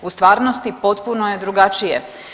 U stvarnosti potpuno je drugačije.